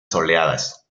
soleadas